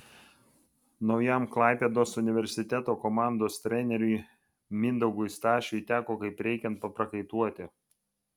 naujam klaipėdos universiteto komandos treneriui mindaugui stašiui teko kaip reikiant paprakaituoti